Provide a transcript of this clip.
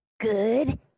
Good